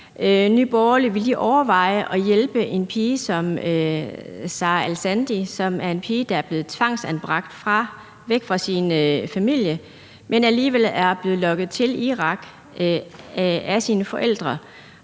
Nye Borgerlige vil overveje at hjælpe en pige som Sarah Alsandi. Hun er en pige, som er blevet tvangsanbragt væk fra sin familie, men alligevel er blevet lokket til Irak af sine forældre